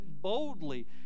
boldly